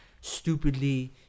stupidly